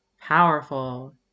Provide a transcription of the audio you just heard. Powerful